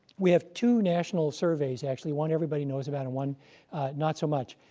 we have two national surveys, actually one everybody knows about and one not so much.